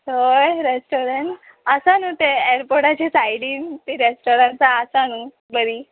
सवाय रेस्टोरंट आसा न्हू ते एरपोर्टाचे सायडीन रेस्टोरंटा आसा न्हू बरी